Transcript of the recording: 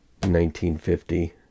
1950